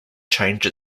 change